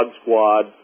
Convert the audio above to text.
squad